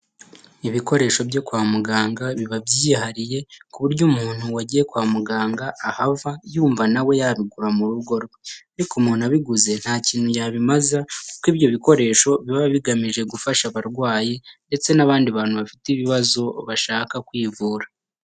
Ibikoresho byo kwa muganga biba byihariye kuburyo umuntu wagiye kwa muganga ahava yumva yabigura mu rugo rwe. Ariko umuntu abiguze ntakintu yabimaza kuko ibyo bikoresho biba bigamije gufasha abarwayi ndetse n'abandi bantu bafite ibibazo bashaka kwivura.